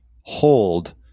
hold